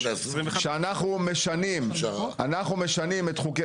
שאנחנו משנים את חוקי